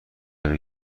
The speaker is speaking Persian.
روی